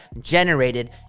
generated